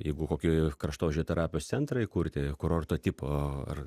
jeigu kokį kraštožio terapijos centrą įkurti kurorto tipo ar